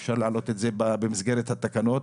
אפשר להעלות את זה במסגרת התקנות.